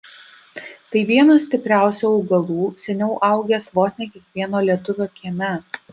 tai vienas stipriausių augalų seniau augęs vos ne kiekvieno lietuvio kieme